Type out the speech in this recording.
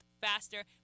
faster